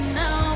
now